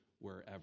wherever